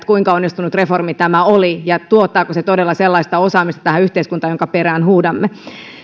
kuinka onnistunut reformi tämä oli ja tuottaako se todella tähän yhteiskuntaan sellaista osaamista jonka perään huudamme